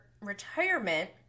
retirement